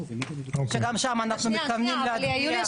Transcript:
שגם שם אנחנו מתכוונים להצביע --- יוליה,